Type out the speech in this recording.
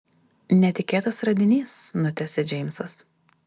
netikėtas radinys nutęsia džeimsas